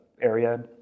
area